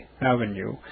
Avenue